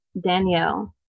Danielle